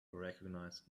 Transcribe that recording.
recognize